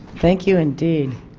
thank you indeed